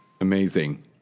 Amazing